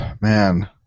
man